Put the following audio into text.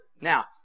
Now